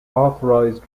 authorised